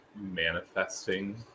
manifesting